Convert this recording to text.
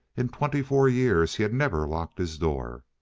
in twenty-four years he had never locked his door.